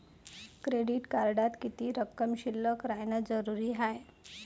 Credit कार्डात किती रक्कम शिल्लक राहानं जरुरी हाय?